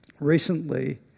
recently